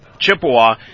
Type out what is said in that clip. Chippewa